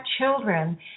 children